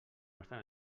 nostra